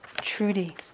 Trudy